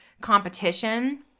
competition